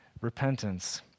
repentance